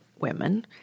women